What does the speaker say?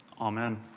Amen